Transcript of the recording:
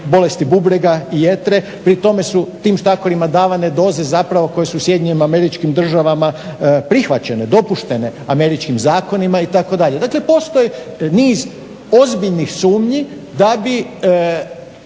bolesti bubrega i jetre, pri tome su tim štakorima davane doze koje su SAD prihvaćene dopuštene američkim zakonima itd. Dakle postoji niz ozbiljnih sumnji da bi